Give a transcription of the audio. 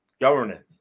governance